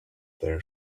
their